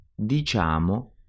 diciamo